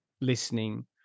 listening